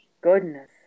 Goodness